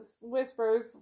whispers